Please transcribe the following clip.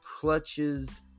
clutches